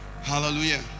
hallelujah